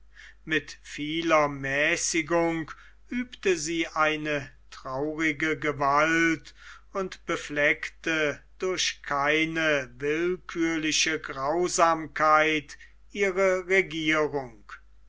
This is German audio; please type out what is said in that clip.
mit vieler mäßigung übte sie eine traurige gewalt und befleckte durch keine willkürliche grausamkeit ihre regierung